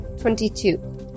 Twenty-two